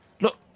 Look